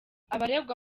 abaregwa